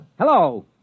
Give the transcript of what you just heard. Hello